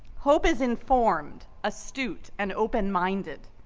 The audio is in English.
hope is informed, astute, and open-minded.